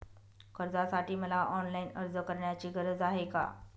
कर्जासाठी मला ऑनलाईन अर्ज करण्याची गरज आहे का?